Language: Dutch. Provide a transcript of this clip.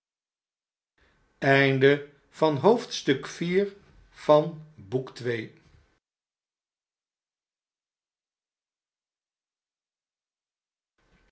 gezichten van het